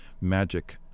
magic